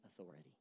authority